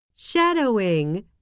Shadowing